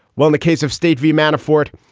well, in the case of state v. manafort,